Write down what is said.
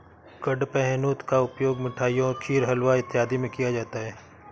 कडपहनुत का उपयोग मिठाइयों खीर हलवा इत्यादि में किया जाता है